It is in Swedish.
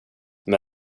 med